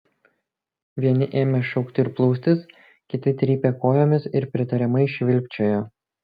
vieni ėmė šaukti ir plūstis kiti trypė kojomis ir pritariamai švilpčiojo